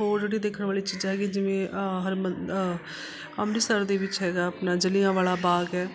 ਹੋਰ ਜਿਹੜੀ ਦੇਖਣ ਵਾਲੀ ਚੀਜ਼ਾਂ ਹੈਗੀਆਂ ਜਿਵੇਂ ਹਰਮੰ ਅੰਮ੍ਰਿਤਸਰ ਦੇ ਵਿੱਚ ਹੈਗਾ ਆਪਣਾ ਜਲ੍ਹਿਆਂਵਾਲਾ ਬਾਗ ਹੈ